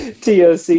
TOC